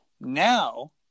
now